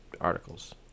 articles